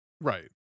Right